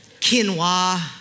quinoa